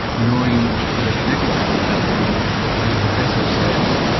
knowing that she's got a genetic abnormality and the professor says,